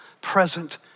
present